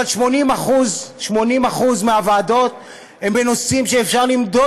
אבל 80% מהוועדות הן בנושאים שאפשר למדוד,